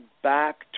back